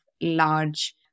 large